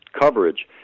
coverage